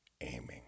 aiming